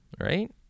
right